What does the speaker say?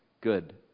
good